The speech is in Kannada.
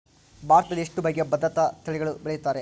ಭಾರತದಲ್ಲಿ ಎಷ್ಟು ಬಗೆಯ ಭತ್ತದ ತಳಿಗಳನ್ನು ಬೆಳೆಯುತ್ತಾರೆ?